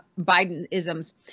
Biden-isms